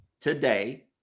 today